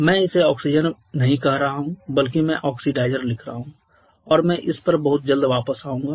मैं इसे ऑक्सीजन नहीं कह रहा हूं बल्कि मैं ऑक्सीडाइज़र लिख रहा हूं और मैं इस पर बहुत जल्द वापस आऊंगा